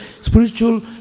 spiritual